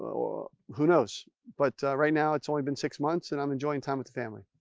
or who knows, but right now, it's only been six months and i'm enjoying time with the family.